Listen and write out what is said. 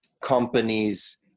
companies